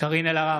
קארין אלהרר,